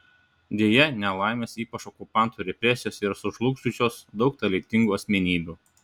deja nelaimės ypač okupantų represijos yra sužlugdžiusios daug talentingų asmenybių